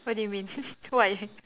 what do you mean why